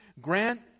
Grant